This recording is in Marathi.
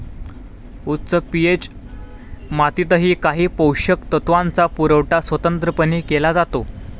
उच्च पी.एच मातीतही काही पोषक तत्वांचा पुरवठा स्वतंत्रपणे केला जातो